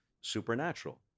supernatural